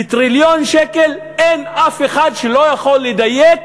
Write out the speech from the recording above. בטריליון שקלים אין אף אחד שיכול לדייק